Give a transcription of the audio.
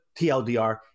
TLDR